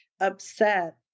upset